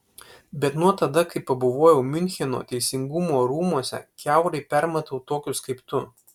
bet nuo tada kai pabuvojau miuncheno teisingumo rūmuose kiaurai permatau tokius kaip tu